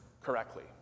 correctly